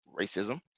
racism